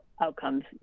outcomes